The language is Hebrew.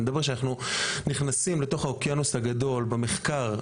אני מדבר כשאנחנו נכנסים לתוך האוקיינוס הגדול במחקר,